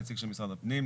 נציג של משרד הפנים,